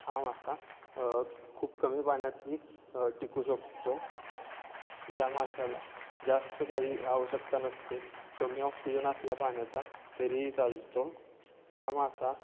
हा मासा खूप कमी पाण्यातही टिकू शकतो या माशाला जास्त काही आवश्यकता नसते कमी ऑक्सिजन असला पाण्याचा तरीही चालतो हा मासा